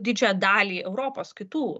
didžiąją dalį europos kitų